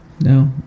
no